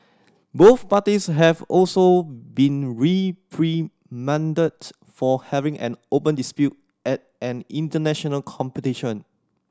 both parties have also been reprimanded for having an open dispute at an international competition